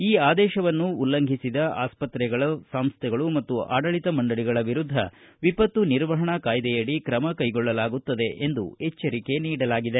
ಈ ಆದೇಶವನ್ನು ಉಲ್ಲಂಘಿಸಿದ ಆಸ್ಪತ್ರೆಗಳ ಸಂಸ್ಟೆಗಳು ಮತ್ತು ಆಡಳಿತ ಮಂಡಳಿಗಳ ವಿರುದ್ದ ವಿಪತ್ತು ನಿರ್ವಹಣಾ ಕಾಯ್ದೆಯಡಿ ಕ್ರಮ ಕೈಗೊಳ್ಳಲಾಗುತ್ತದೆ ಎಂದು ಎಚ್ವರಿಕೆ ನೀಡಲಾಗಿದೆ